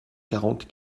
quarante